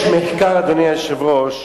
יש מחקר, אדוני היושב-ראש,